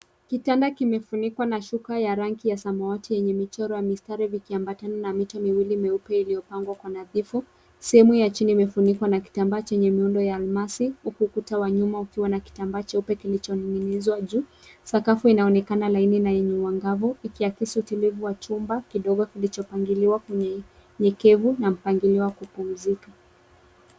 Kitanda kimefunikwa na shuka ya rangi ya samawati yenye michoro ya mistari vikiambatana na mito miwili meupe iliyopangwa kwa nadhifu. sehemu ya chini imefunikwa na kitambaa chenye muundo wa almasi ukuta wa nyuma ukiwa na kitambaa cheupe kilichoning'inizwa juu. Sakafu inaonekana laini na yenye uangavu ikiakisi utulivu wa chumba kidogo kilichopangiliwa kwenye kevu na mpangilio wa kupumzika.